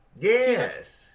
Yes